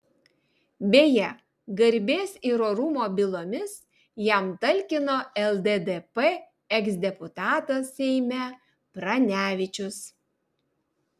beje garbės ir orumo bylomis jam talkino lddp eksdeputatas seime pranevičius